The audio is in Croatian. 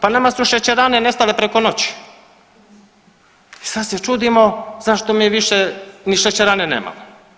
Pa nama su šećerane nestale preko noći i sad se čudimo zašto mi više ni šećerane nemamo.